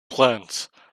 plant